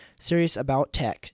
seriousabouttech